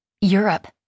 Europe